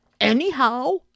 Anyhow